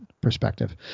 perspective